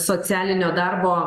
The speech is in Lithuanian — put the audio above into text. socialinio darbo